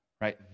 right